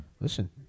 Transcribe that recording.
listen